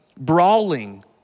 brawling